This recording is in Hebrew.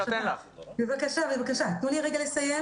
בבקשה תנו לי רגע לסיים.